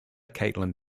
caitlin